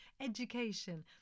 education